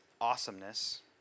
awesomeness